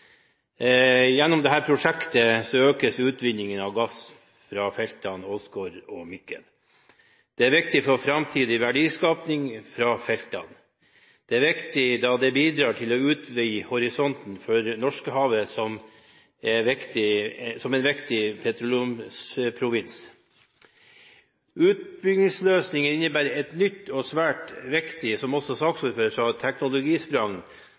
Gjennom dette prosjektet økes utvinningen av gass fra feltene Åsgard og Mikkel – det er viktig for framtidig verdiskaping fra feltene, og det er viktig da det bidrar til å utvide horisonten for Norskehavet som en viktig petroleumsprovins. Utbyggingsløsningen innebærer et nytt og svært viktig teknologisprang, som også saksordføreren sa,